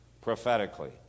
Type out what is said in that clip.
prophetically